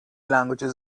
languages